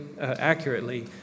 accurately